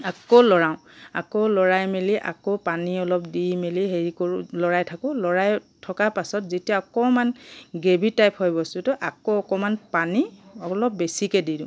আকৌ লৰাও আকৌ লৰাই মেলি আকৌ পানী অলপ দি মেলি হেৰি কৰো লৰাই থাকো লৰাই থকা পাছত যেতিয়া অকণমান গ্ৰেভী টাইপ হয় বস্তুটো আকৌ অকণমান পানী অলপ বেছিকৈ দি দিওঁ